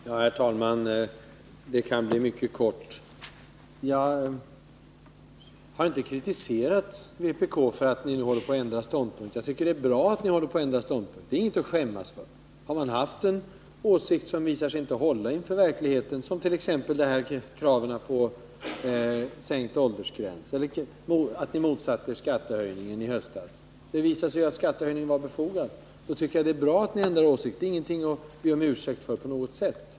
Herr talman! Jag kan fatta mig mycket kort. Jag har inte kritiserat vpk för att ni ändrar ståndpunkt. Det tycker jag är bra. Det är inte något att skämmas för. Har man haft en åsikt som har visat sig inte hålla inför verkligheten —t.ex. kravet på en sänkning av åldersgränsen och detta att ni motsatte er skattehöjningen i höstas; det visade sig ju att den var befogad — tycker jag att det är bra om ni ändrar åsikt. Det beöver ni inte be om ursäkt för.